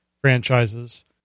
franchises